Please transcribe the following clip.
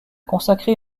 consacré